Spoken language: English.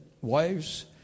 Wives